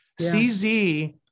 CZ